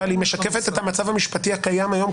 אבל היא משקפת את המצב המשפטי הקיים היום,